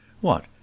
What